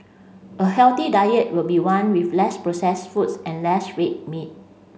a healthy diet would be one with less processed foods and less red meat